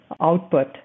output